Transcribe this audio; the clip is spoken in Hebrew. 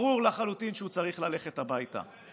ברור לחלוטין שהוא צריך ללכת הביתה.